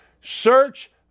search